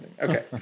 Okay